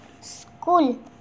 School